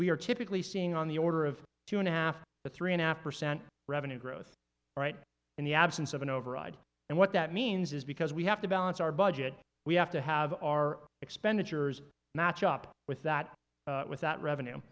we are typically seeing on the order of two and a half to three and a half percent revenue growth right in the absence of an override and what that means is because we have to balance our budget we have to have our expenditures match up with that with that revenue